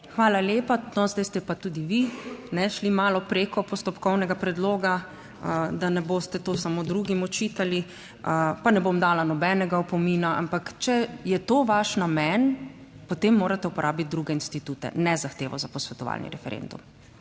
Hvala lepa. No, zdaj ste pa tudi vi šli malo preko postopkovnega predloga, da ne boste to samo drugim očitali, pa ne bom dala nobenega opomina. Ampak, če je to vaš namen, potem morate uporabiti druge institute, ne zahteve za posvetovalni referendum.